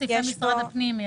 גם שם יש עבודה.